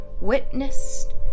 witnessed